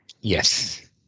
Yes